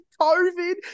COVID